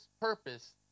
purpose